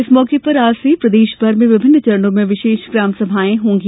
इस मौके पर आज से प्रदेशभर में विभिन्न चरणों में विशेष ग्राम समाए होंगी